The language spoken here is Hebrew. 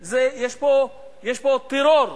זה, יש פה טרור מסחרי,